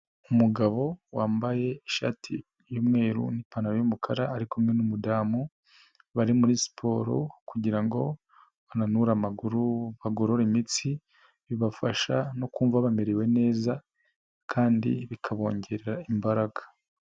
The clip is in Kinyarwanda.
Umugabo wambaye ishati y'umweru n'ipantaro y'umukara ariku n'umudamu bari muri siporo kugira ngo bananure amaguru, bagorore imitsi, bibafasha no kumva bamerewe neza kandi bikabongerera imbaraga.